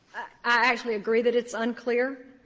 i actually agree that it's unclear.